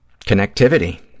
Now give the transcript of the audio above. connectivity